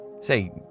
Say